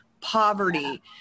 poverty